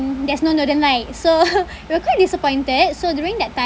there's no northern light so we're quite disappointed so during that time